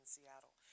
Seattle